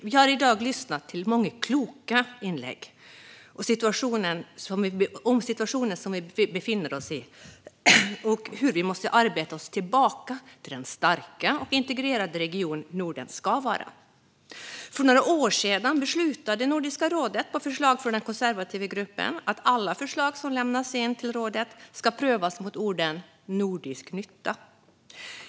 Vi har i dag lyssnat till många kloka inlägg om den situation vi befinner oss i och hur vi måste arbeta oss tillbaka till den starka och integrerade region Norden ska vara. För några år sedan beslutade Nordiska rådet på förslag från den konservativa gruppen att alla förslag som lämnas in till rådet ska prövas mot orden "nordisk nytta".